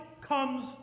comes